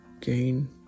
gain